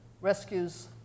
rescues